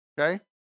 okay